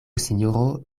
sinjoro